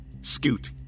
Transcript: scoot